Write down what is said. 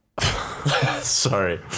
Sorry